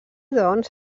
doncs